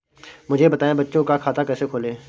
मुझे बताएँ बच्चों का खाता कैसे खोलें?